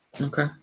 Okay